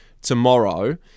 tomorrow